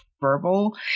verbal